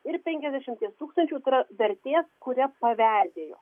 ir penkiasdešimties tūkstančių eurų vertės kurią paveldėjo